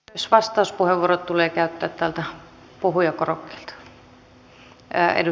myös vastauspuheenvuorot tulee käyttää täältä puhujakorokkeelta